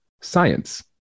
science